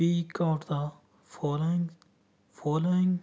speak out the following following